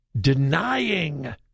denying